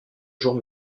jour